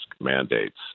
mandates